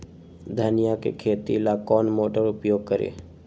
धनिया के खेती ला कौन मोटर उपयोग करी?